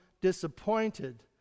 disappointed